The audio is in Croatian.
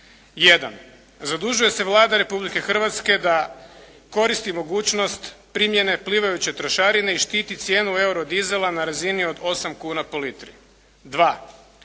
zadužuje se Vlada Republike Hrvatske da koristi mogućnost primjene plivajuće trošarine i štiti cijenu euro dizela na razini od 8 kuna po litri.